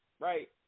right